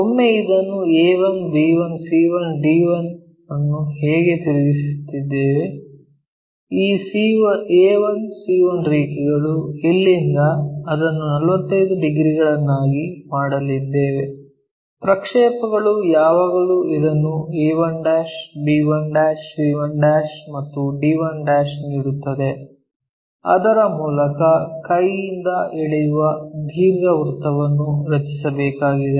ಒಮ್ಮೆ ಇದನ್ನು a1 b1 c1 d1 ಅನ್ನು ಹೇಗೆ ತಿರುಗಿಸುತ್ತೇವೆ ಈ a1 c1 ರೇಖೆಗಳು ಇಲ್ಲಿಂದ ಅದನ್ನು 45 ಡಿಗ್ರಿಗಳನ್ನಾಗಿ ಮಾಡಲಿದ್ದೇವೆ ಪ್ರಕ್ಷೇಪಗಳು ಯಾವಾಗಲೂ ಇದನ್ನು a1 b1 c1 ಮತ್ತು d1 ನೀಡುತ್ತದೆ ಅದರ ಮೂಲಕ ಕೈಯಿಂದ ಎಳೆಯುವ ದೀರ್ಘವೃತ್ತವನ್ನು ರಚಿಸಬೇಕಾಗಿದೆ